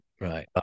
Right